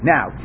Now